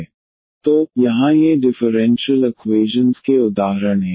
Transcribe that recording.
तो यहाँ ये डिफरेंशियल इक्वैशन के उदाहरण हैं